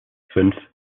fünf